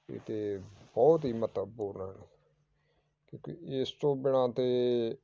ਅਤੇ ਬਹੁਤ ਹੀ ਮਹੱਤਵਪੂਰਨ ਕਿਉਂਕਿ ਇਸ ਤੋਂ ਬਿਨਾਂ ਤਾਂ